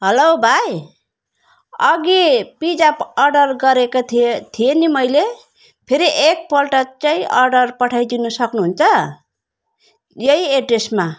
hello भाइ अगि pizza प अर्डर ग रेको थिएँ थिएँ नि मैले फेरि एकपल्ट त्यही अर्डर पठाइदिनु सक्नुहुन्छ यही एड्रेसमा